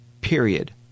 period